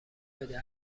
بده